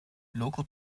local